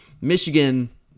Michigan